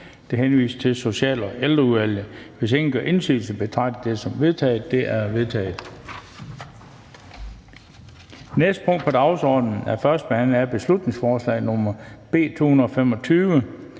henvises til Social- og Ældreudvalget. Hvis ingen gør indsigelse, betragter jeg det som vedtaget. Det er vedtaget. --- Det næste punkt på dagsordenen er: 4) 1. behandling af beslutningsforslag nr. B 225: